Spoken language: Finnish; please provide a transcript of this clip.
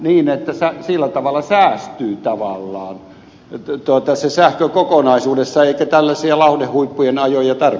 niin että sillä tavalla säästyy tavallaan se sähkö kokonaisuudessaan eikä tällaisia lauhdehuippujen ajoja